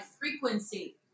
frequency